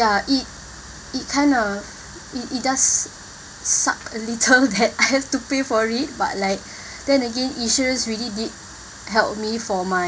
ya it it kinda it it does suck a little that I have to pay for it but like then again insurance really did help me for my